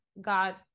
got